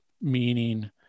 meaning